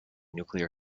nuclear